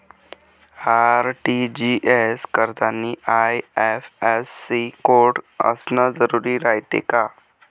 RTGS करतांनी IFSC code असन जरुरी रायते का?